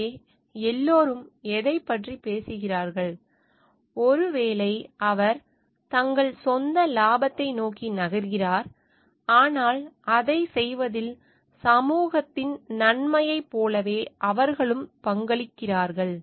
எனவே எல்லோரும் எதைப் பற்றி பேசுகிறார்கள் ஒருவேளை அவர் தங்கள் சொந்த லாபத்தை நோக்கி நகர்கிறார் ஆனால் அதைச் செய்வதில் சமூகத்தின் நன்மையைப் போலவே அவர்களும் பங்களிக்கிறார்கள்